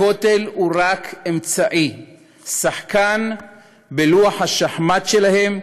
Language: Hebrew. הכותל הוא רק אמצעי, שחקן בלוח השחמט שלהם,